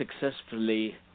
successfully